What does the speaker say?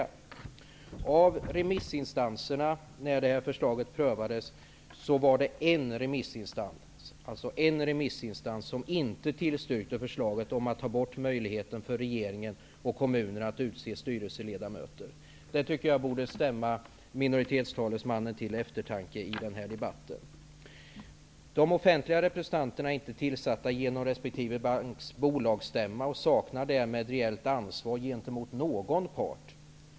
Det var bara en av remissinstanserna, när förslaget prövades, som inte tillstyrkte förslaget om att ta bort möjligheten för regeringen och kommunerna att utse styrelseledamöter. Det tycker jag borde stämma minoritetens talesman till eftertanke. De offentliga representanterna är inte tillsatta genom resp. banks bolagsstämma och saknar därmed reellt ansvar gentemot någon part.